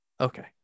okay